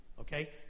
Okay